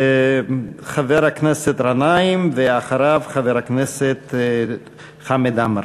חבר הכנסת גנאים, ואחריו, חבר הכנסת חמד עמאר.